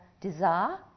desire